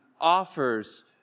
offers